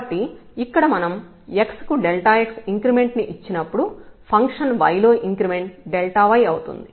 కాబట్టి ఇక్కడ మనం x కు x ఇంక్రిమెంటు ని ఇచ్చినప్పుడు ఫంక్షన్ y లో ఇంక్రిమెంట్ y అవుతుంది